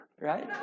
right